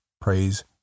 praise